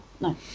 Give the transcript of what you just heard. No